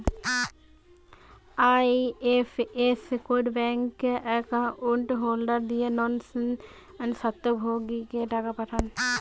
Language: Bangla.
IFS code bank account holder দিয়ে নন স্বত্বভোগীকে টাকা পাঠায়